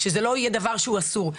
שזה לא יהיה דבר שהוא אסור,